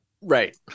Right